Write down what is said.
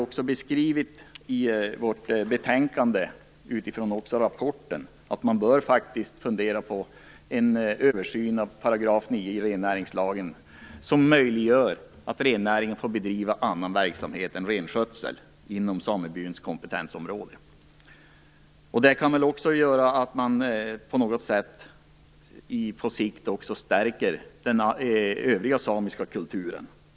I betänkandet har vi utifrån rapporten skrivit att man faktiskt bör fundera på en översyn av § 9 i rennäringslagen. Det skulle göra det möjligt för rennäringen att bedriva annan verksamhet än renskötsel inom samebyns kompetensområde. Det kan på sikt medföra att man stärker den övriga samiska kulturen.